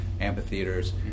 Amphitheaters